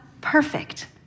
perfect